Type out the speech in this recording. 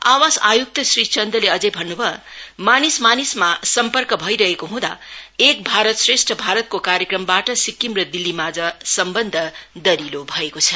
आवास आय्क्त श्री चन्द्रले अझै भन्न् भयो मानिस मानिसमा सम्पर्क भइरहेको हँदा एक भारत श्रेष्ठ भारतको कार्यक्रमबाट सिक्किम र दिल्लीमाझ सम्बन्ध दहिलो भएको छ